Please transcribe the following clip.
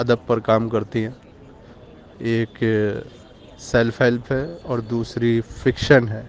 ادب پر کام کرتی ہیں ایک سیلف ہیلپ ہے اور دوسری فکشن ہے